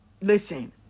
listen